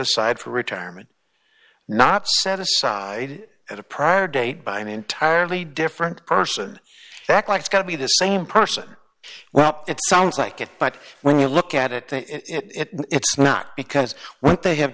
aside for retirement not set aside at a prior date by an entirely different person that likes going to be the same person well it sounds like it but when you look at it it it's not because what they have